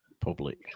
public